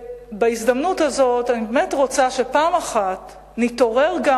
בהזדמנות הזאת אני באמת רוצה שפעם אחת נתעורר גם